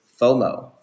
FOMO